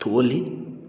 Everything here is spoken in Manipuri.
ꯊꯣꯛꯍꯜꯂꯤ